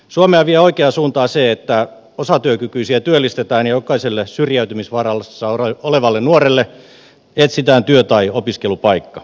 suomea vie oikeaan suuntaan se että osatyökykyisiä työllistetään ja jokaiselle syrjäytymisvaarassa olevalle nuorelle etsitään työ tai opiskelupaikka